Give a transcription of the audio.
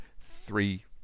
three